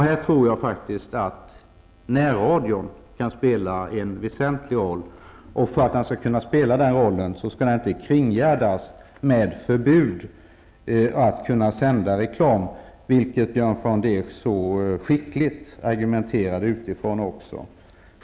Här tror jag faktiskt att närradion kan spela en väsentlig roll. För att den skall kunna spela den rollen skall den inte kringgärdas med förbud mot att sända reklam, om vilket Björn von der Esch argumenterade så skickligt.